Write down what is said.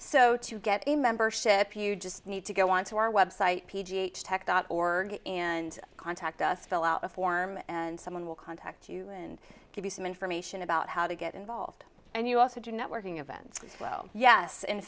so to get a membership you just need to go on to our web site p g h tech dot org and contact us fill out a form and someone will contact you and give you some information about how to get involved and you also do networking events well yes in